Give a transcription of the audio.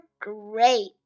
great